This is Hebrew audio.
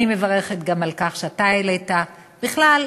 אני מברכת גם על כך שאתה העלית, בכלל,